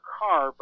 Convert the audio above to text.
car